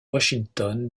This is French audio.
washington